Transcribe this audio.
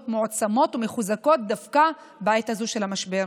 מועצמות ומחוזקות דווקא בעת הזו של המשבר.